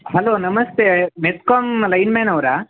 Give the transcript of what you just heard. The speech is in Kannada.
ಹಲೋ ನಮಸ್ತೆ ಮೆಸ್ಕಾಮ್ ಲೈನ್ಮ್ಯಾನ್ ಅವರಾ